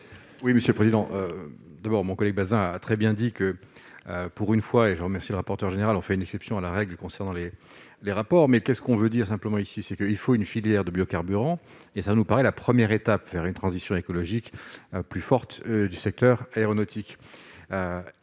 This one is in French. Oui, monsieur le président, d'abord, mon collègue Bazin a très bien dit que pour une fois et je remercie le rapporteur général en fait une exception à la règle concernant les les rapports mais qu'est ce qu'on veut dire simplement ici, c'est qu'il faut une filière de biocarburants et ça nous paraît la première étape vers une transition écologique plus forte du secteur aéronautique,